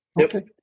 Okay